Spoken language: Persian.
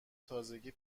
تازگی